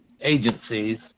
agencies